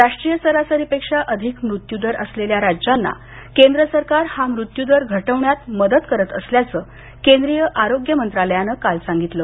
राष्ट्रीय सरासरीपेक्षा अधिक मृत्यूदर असलेल्या राज्यांना केंद्र सरकार हा मृत्युदर घटवण्यात मदत करत असल्याचं केंद्रीय आरोग्य मंत्रालयानं काल सांगितलं